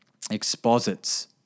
exposits